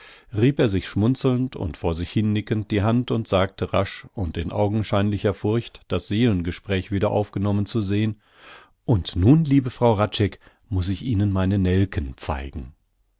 rieb er sich schmunzelnd und vor sich hinnickend die hand und sagte rasch und in augenscheinlicher furcht das seelengespräch wieder aufgenommen zu sehn und nun liebe frau hradscheck muß ich ihnen meine nelken zeigen